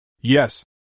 Yes